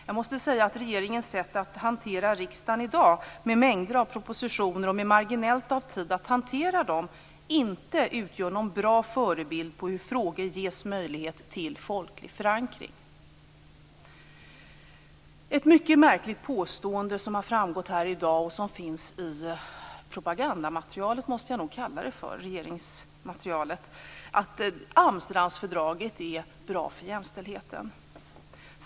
Jag måste säga att regeringens sätt att hantera riksdagen i dag, med mängder av propositioner och med marginellt med tid att hantera dem, inte utgör någon bra förebild för hur frågor ges möjlighet att förankras folkligt. Ett mycket märkligt påstående som framkommit här i dag och som finns i det jag nog måste kalla propagandamaterialet, regeringens material, är att Amsterdamfördraget är bra för jämställdheten.